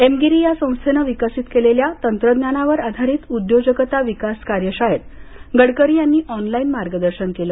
एमगिरी या संस्थेनं विकसित केलेल्या तंत्रज्ञानावर आधारित उद्योजकता विकास कार्यशाळेत गडकरी यांनी ऑनलाइन मार्गदर्शन केलं